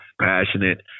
passionate